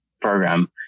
program